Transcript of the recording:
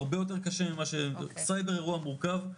הרבה יותר קשה ממה ש סייבר אירוע מורכב,